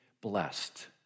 blessed